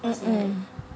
mm mm